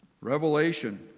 revelation